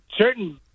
certain